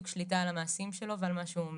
שליטה על המעשים שלו ועל מה שהוא אומר.